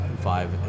five